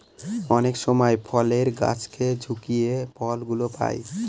অনেক সময় ফলের গাছকে ঝাকিয়ে ফল গুলো পাই